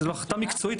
זוהי החלטה מקצועית.